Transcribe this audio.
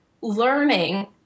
learning